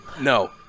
no